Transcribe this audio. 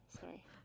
sorry